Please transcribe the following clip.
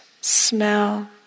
smell